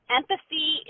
empathy